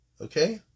okay